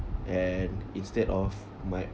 and instead of my